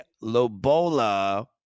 lobola